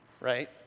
right